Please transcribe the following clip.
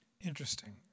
Interesting